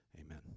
amen